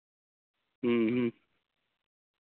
ᱦᱮᱸ ᱦᱮᱸ